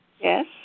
Yes